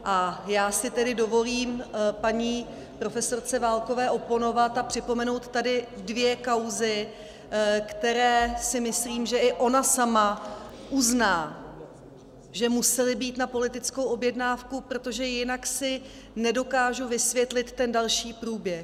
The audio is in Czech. A já si tedy dovolím paní profesorce Válkové oponovat a připomenout tady dvě kauzy, které si myslím, že i ona sama uzná, že musely být na politickou objednávku, protože jinak si nedokážu vysvětlit ten další průběh.